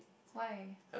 why